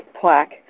plaque